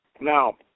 Now